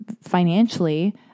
financially